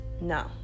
no